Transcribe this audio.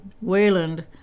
Wayland